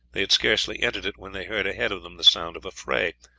they had scarcely entered it when they heard ahead of them the sound of a fray.